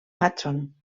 hudson